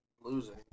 losing